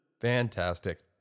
Fantastic